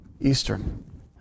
Eastern